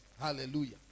Hallelujah